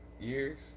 years